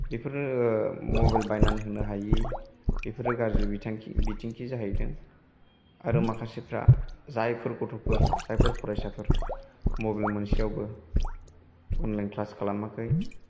बेफोर मबाइल बायनानै होनो हायि बेफोरो गाज्रि बिथांखि जाहैदों आरो माखासेफ्रा जायफोर गथ'फोर जायफोर फरायसाफोर मबाइल मोनसेआवबो अनलाइन क्लास खालामाखै